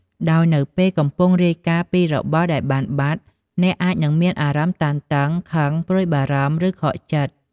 ដោយនៅពេលកំពុងរាយការណ៍ពីរបស់ដែលបានបាត់ អ្នកអាចនឹងមានអារម្មណ៍តានតឹង ខឹង ព្រួយបារម្ភ ឬខកចិត្ត។